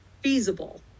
feasible